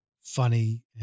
funny